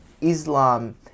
Islam